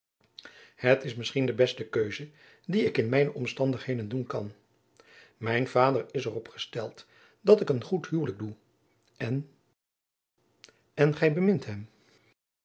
het is misschien de beste keus die ik in mijne omstandigheden doen kan mijn vader is er op gesteld dat ik een goed huwelijk doe en en gij bemint hem